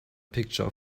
picture